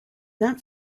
not